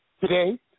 today